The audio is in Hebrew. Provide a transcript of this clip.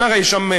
אין הרי שם,